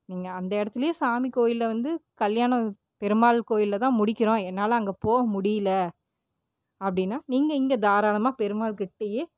நீங்கள் அந்த இடத்துலே சாமி கோவில்ல வந்து கல்யாணம் பெருமாள் கோவில்ல தான் முடிக்கிறோம் என்னால் அங்கே போக முடியல அப்படின்னா நீங்கள் இங்கே தாராளமாக பெருமாள்கிட்டயே